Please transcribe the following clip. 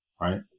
Right